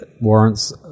warrants